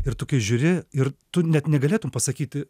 ir tu kai žiūri ir tu net negalėtum pasakyti